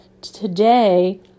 Today